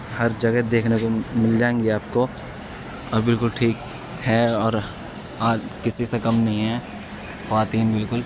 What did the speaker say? ہر جگہ دیکھنے کو مل جائیں گی آپ کو اور بالکل ٹھیک ہیں اور کسی سے کم نہیں ہیں خواتین بالکل